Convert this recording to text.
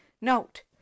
note